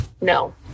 No